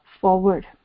forward